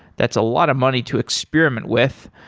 that's a lot of money to experiment with.